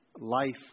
life